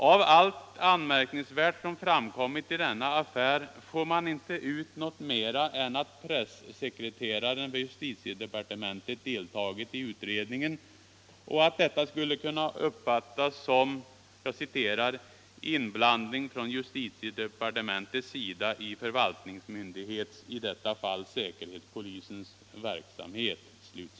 Av allt anmärkningsvärt som framkommit i denna affär får man inte ut något mera än att pressekreteraren i justitiedepartementet deltagit i utredningen och att detta skulle kunna uppfattas som ”inblandning från justitiedepartementets sida i förvaltningsmyndighets, i detta fall säkerhetspolisens, verksamhet”.